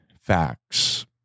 facts